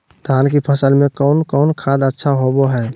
धान की फ़सल में कौन कौन खाद अच्छा होबो हाय?